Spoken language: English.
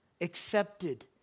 accepted